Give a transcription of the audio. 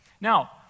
Now